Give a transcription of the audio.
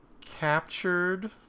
captured